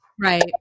Right